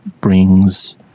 brings